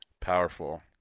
Powerful